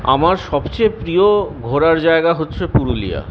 আমার সবচেয়ে প্রিয় ঘোরার জায়গা হচ্ছে পুরুলিয়া